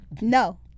No